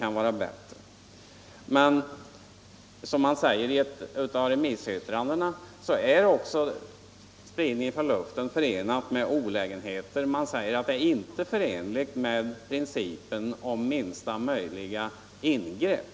Men spridning från luften medför, som man säger i ett av remissyttrandena, vissa olägenheter och är inte förenlig med principen om minsta möjliga ingrepp.